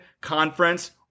conference